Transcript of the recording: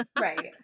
right